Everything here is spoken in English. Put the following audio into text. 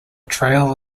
trail